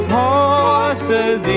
horse's